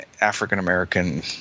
African-American